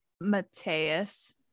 Mateus